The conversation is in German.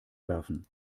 werfen